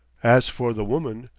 as for the woman,